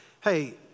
hey